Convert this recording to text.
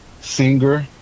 singer